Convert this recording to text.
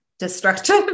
destructive